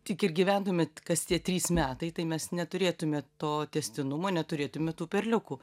tik ir gyventumėte kas tie trys metai tai mes neturėtumėme to tęstinumo neturėtumėme tų perliukų